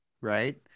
right